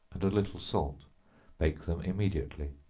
and a little salt bake them immediately.